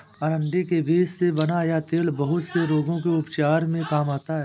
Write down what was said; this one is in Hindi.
अरंडी के बीज से बना यह तेल बहुत से रोग के उपचार में काम आता है